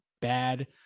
bad